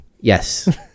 Yes